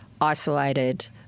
isolated